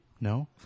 No